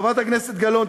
חברת הכנסת גלאון,